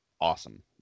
awesome